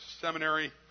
seminary